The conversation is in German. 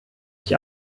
ich